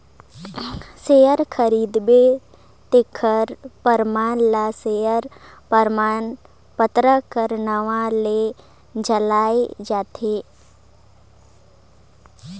share खरीदबे तेखर परमान ल सेयर परमान पतर कर नांव ले जानल जाथे